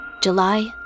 July